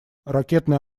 ракетные